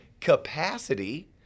Capacity